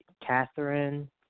Catherine